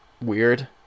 weird